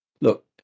look